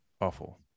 awful